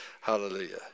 Hallelujah